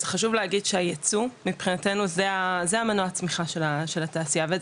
חשוב להגיד שהייצוא מבחינתנו זה מנוע הצמיחה של התעשייה ואת